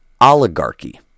oligarchy